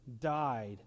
died